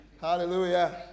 Hallelujah